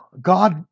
God